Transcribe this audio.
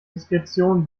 diskretion